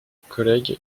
collègue